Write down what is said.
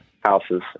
houses